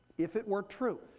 if it were true,